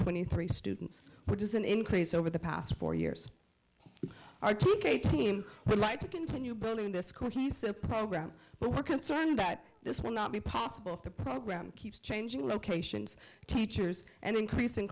twenty three students which is an increase over the past four years i took a team would like to continue building this cohesive program but we're concerned that this will not be possible if the program keeps changing locations teachers and increasing